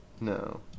no